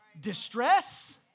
distress